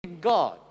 God